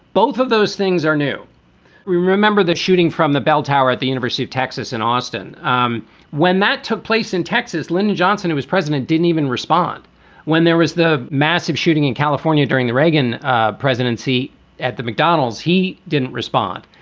both of those things are new. we remember the shooting from the bell tower at the university of texas in austin um when that took place in texas. lyndon johnson, who was president, didn't even respond when there was the massive shooting in california during the reagan presidency at the mcdonald's. he didn't respond.